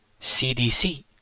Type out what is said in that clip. CDC